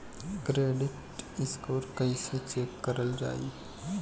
Credit score कइसे check करल जायी?